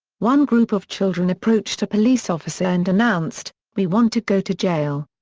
one group of children approached a police officer and announced, we want to go to jail!